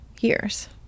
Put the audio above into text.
years